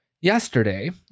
yesterday